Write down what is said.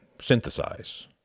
synthesize